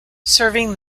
serving